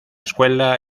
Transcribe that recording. escuela